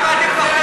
למה אתם מפחדים?